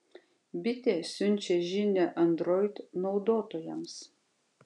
bitė siunčia žinią android naudotojams